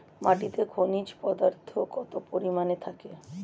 মাটিতে খনিজ পদার্থ কত পরিমাণে থাকে?